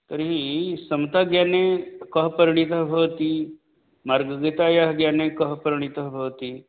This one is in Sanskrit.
तर्हि समता ज्ञाने कः परणितः भवति मार्गगतायाः ज्ञाने कः परणितः भवति